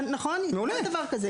נכון, מעולה.